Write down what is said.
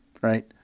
Right